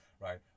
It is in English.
right